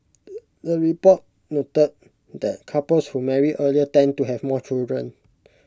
the report noted that couples who marry earlier tend to have more children